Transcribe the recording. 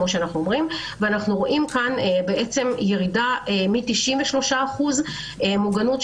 אנחנו רואים ירידה מ-93% מוגנות,